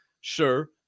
Sure